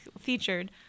featured